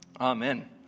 Amen